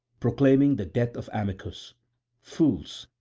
proclaiming the death of amycus fools,